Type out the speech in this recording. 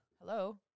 Hello